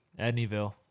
Edneyville